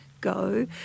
go